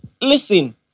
Listen